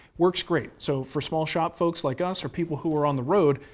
works great. so, for small shop folks like us, or people who are on the road,